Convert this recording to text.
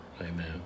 Amen